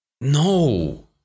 No